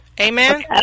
Amen